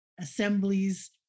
assemblies